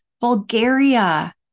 Bulgaria